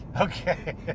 Okay